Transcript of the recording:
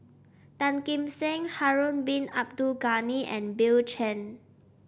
Tan Kim Seng Harun Bin Abdul Ghani and Bill Chen